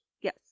Yes